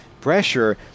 pressure